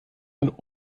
einen